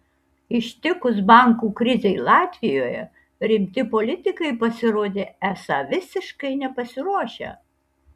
ištikus bankų krizei latvijoje rimti politikai pasirodė esą visiškai nepasiruošę